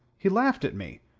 he laughed at me.